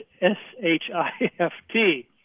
S-H-I-F-T